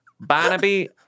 Barnaby